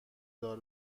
دار